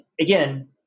again